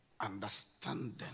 understanding